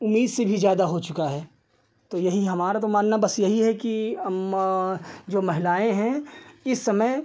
उम्मीद से भी ज़्यादा हो चुका है तो यही हमारा तो मानना बस यही है कि जो महिलाएँ हैं इस समय